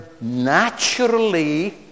naturally